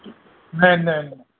न न न